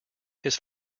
his